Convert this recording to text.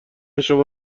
شما